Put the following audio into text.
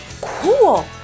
Cool